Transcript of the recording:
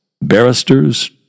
Barristers